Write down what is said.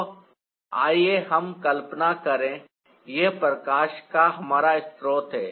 तो आइए हम कल्पना करें यह प्रकाश का हमारा स्रोत है